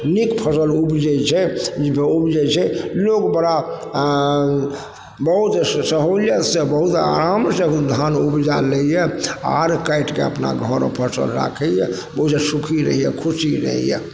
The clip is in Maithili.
नीक फसल उपजय छै उपजय छै लोक बड़ा बहुत सहुलियतसँ बहुत आरामसँ धान उपजा लइए आर काटिके अपना घर परके राखइए ओजे सुखी रहइए खुशी रहइए